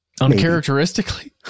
Uncharacteristically